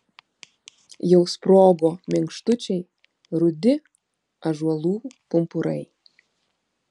jau sprogo minkštučiai rudi ąžuolų pumpurai